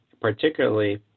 particularly